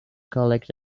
collect